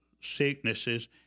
sicknesses